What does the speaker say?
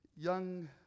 young